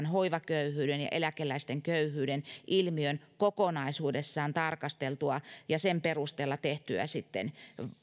hoivaköyhyyden ja eläkeläisten köyhyyden ilmiön kokonaisuudessaan tarkasteltua ja sen perusteella tehtyä sitten